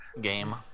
game